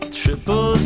triple